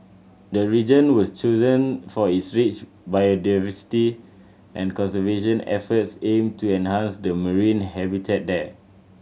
the region was chosen for its rich biodiversity and conservation efforts aim to enhance the marine habitat there